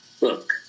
look